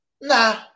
Nah